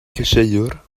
llysieuwr